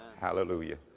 Hallelujah